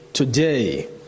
Today